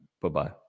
Bye-bye